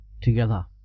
together